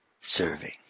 serving